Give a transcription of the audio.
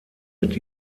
mit